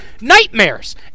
nightmares